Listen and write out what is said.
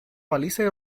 paliza